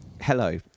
Hello